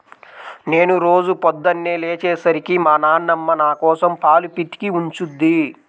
నేను రోజూ పొద్దన్నే లేచే సరికి మా నాన్నమ్మ నాకోసం పాలు పితికి ఉంచుద్ది